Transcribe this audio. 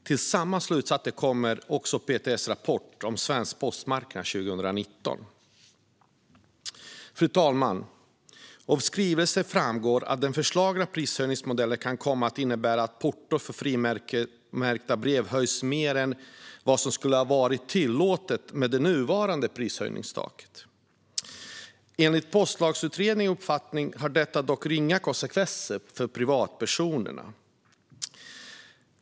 Till samma slutsats kommer också PTS i rapporten Svensk postmarknad 2019 . Fru talman! Av skrivelsen framgår att den föreslagna prishöjningsmodellen kan komma att innebära att portot för frimärkta brev höjs mer än vad som skulle ha varit tillåtet med det nuvarande prishöjningstaket. Enligt Postlagsutredningens uppfattning har dock detta ringa konsekvenser för privatpersoner.